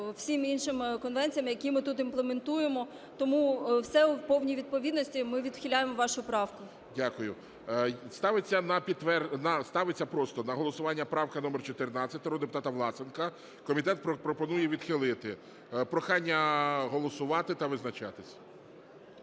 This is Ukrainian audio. всім інших конвенціям, які ми тут імплементуємо. Тому все у повній відповідності, ми відхиляємо вашу правку. ГОЛОВУЮЧИЙ. Дякую. Ставить на… Ставиться просто на голосування правка номер 14, народного депутата Власенка. Комітет пропонує її відхилити. Прохання голосувати та визначатись.